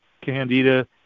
candida